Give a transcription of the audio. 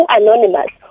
anonymous